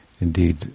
Indeed